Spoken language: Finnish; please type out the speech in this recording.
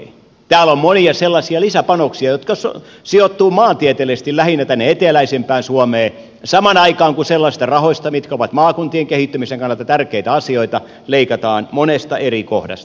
täällä on monia sellaisia lisäpanoksia jotka sijoittuvat maantieteellisesti lähinnä tänne eteläisimpään suomeen samaan aikaan kun sellaisista rahoista mitkä ovat maakuntien kehittymisen kannalta tärkeitä leikataan monesta eri kohdasta